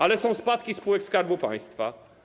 Ale są spadki spółek Skarbu Państwa.